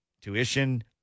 Tuition